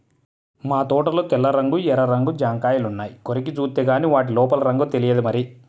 మా తోటలో తెల్ల రంగు, ఎర్ర రంగు జాంకాయలున్నాయి, కొరికి జూత్తేగానీ వాటి లోపల రంగు తెలియదు మరి